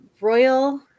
Royal